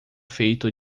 feito